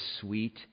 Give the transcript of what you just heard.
sweet